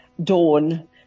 dawn